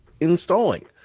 installing